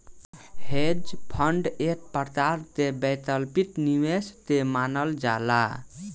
hedge fund एक प्रकार के वैकल्पिक निवेश के मानल जाला